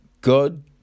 God